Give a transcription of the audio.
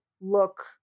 look